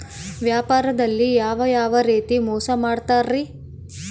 ವ್ಯಾಪಾರದಲ್ಲಿ ಯಾವ್ಯಾವ ರೇತಿ ಮೋಸ ಮಾಡ್ತಾರ್ರಿ?